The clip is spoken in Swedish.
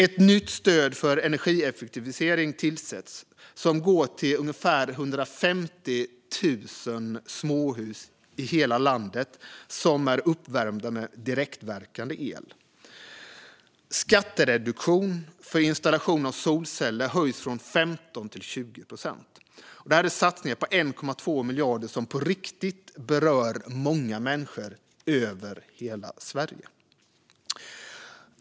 Ett nytt stöd för energieffektivisering tillsätts som går till ungefär 150 000 småhus i hela landet som är uppvärmda med direktverkande el. Skattereduktionen för installation av solceller höjs från 15 till 20 procent. Det här är satsningar på 1,2 miljarder som på riktigt berör många människor över hela Sverige.